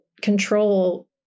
control